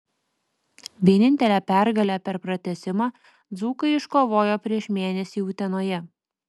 vienintelę pergalę per pratęsimą dzūkai iškovojo prieš mėnesį utenoje